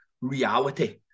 reality